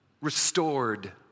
restored